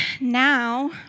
Now